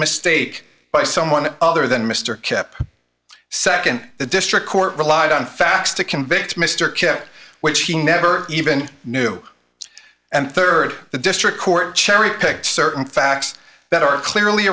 mistake by someone other than mr kipp nd the district court relied on facts to convict mr kip which he never even knew and rd the district court cherry picked certain facts that are clearly